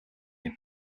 him